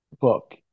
Book